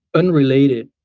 unrelated